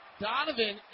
Donovan